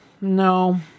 No